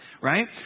right